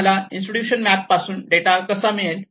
तुम्हाला intuitions map पासून data कसा मिळेल